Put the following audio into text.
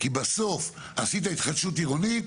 כי בסוף, עשית התחדשות עירונית,